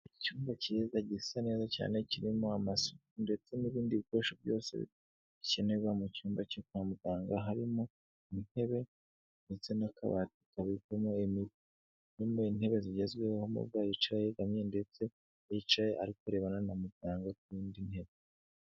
Icyumba cyiza gisa neza cyane kirimo amasuku ndetse n'ibindi bikoresho byose bikenerwa mu cyumba cyo kwa muganga, harimo intebe ndetse n'akabati kabitsemo imiti. Harimo intebe zigezweho, umurwayi wicaye yegamye ndetse yicaye ari kurebana na muganga ku yindi ntebe.